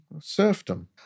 serfdom